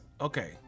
okay